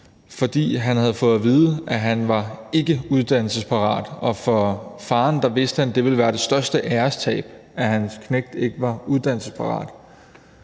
fordi han havde fået at vide, at han var ikkeuddannelsesparat, og han vidste, at det for faren ville være det største ærestab, at hans knægt ikke var uddannelsesparat.